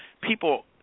people